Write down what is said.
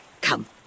Come